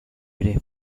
ere